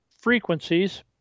frequencies